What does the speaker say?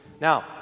Now